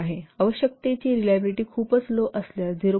आवश्यकतेची रिलायबिलिटी खूपच लो असल्यास 0